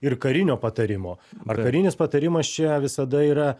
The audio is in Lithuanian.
ir karinio patarimo ar karinis patarimas čia visada yra